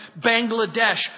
Bangladesh